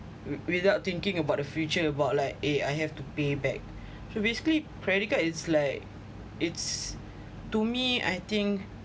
w~ without thinking about the future about like eh I have to pay back so basically credit card it's like it's to me I think